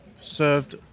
served